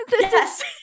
Yes